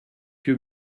que